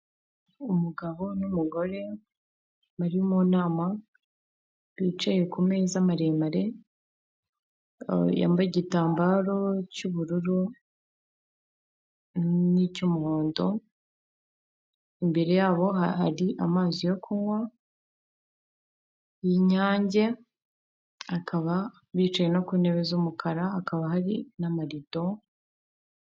Umugabo n'umugore bari mu nama, bicaye ku meza maremare yambaye igitambaro cy'ubururu n'icy'umuhondo, imbere yabo hari amazi yo kunywa y'inyange, bakaba bicaye no ku ntebe z'umukara, hakaba hari n'amarido